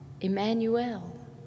Emmanuel